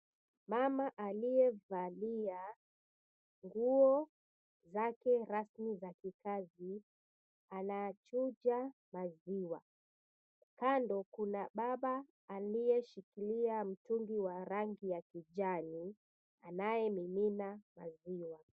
Mama aliyevalia nguo zake rasmi za kikazi anachuja maziwa. Kando kuna baba aliyeshikilia mtungi wa rangi ya kijani anayemimina maziwa.